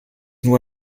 nur